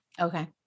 Okay